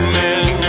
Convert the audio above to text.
men